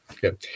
Good